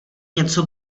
něco